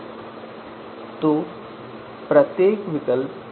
तो पंक्ति की तरफ हम मैट्रिक्स में विकल्प रखने जा रहे हैं